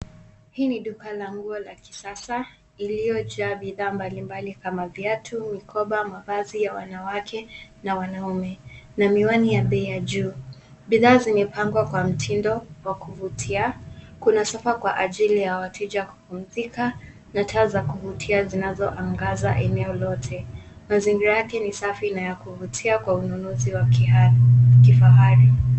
Hili ni duka la nguo la kisasa iliyojaa bidhaa mbalimbali kama: viatu, mikoba, mavazi ya wanawake na wanaume na miwani ya bei ya nguo. Bidhaa zimepangwa kwa mtindo wa kuvutia. Kuna sofa kwa ajili ya wateja kupumzika na taa za kuvutia zinazoangaza eneo lote. Mazingira yake ni safi na ya kuvutia kwa ununuzi wa kifahari.